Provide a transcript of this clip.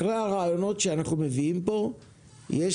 אחרי הרעיונות שאנחנו מביאים פה יש